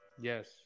Yes